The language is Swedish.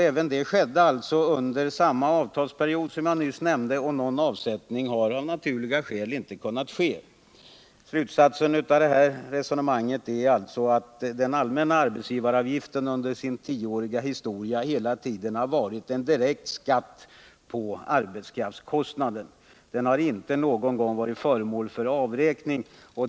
Även det skedde under samma avtalsperiod som jag nyss nämnde, och någon avräkning har av naturliga skäl inte Kunnat ske. Slutsatsen av det här resonemanget är att den allmänna arbetsgivaravgiften under sin tioåriga historia hela tiden har varit en direkt skatt på arbetskraftskostnaden. Den har inte någon gång varit föremål för avräkning.